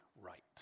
right